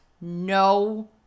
no